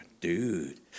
Dude